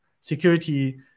security